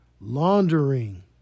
laundering